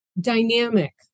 dynamic